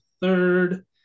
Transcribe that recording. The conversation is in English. third